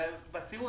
בסיעוד,